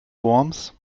worms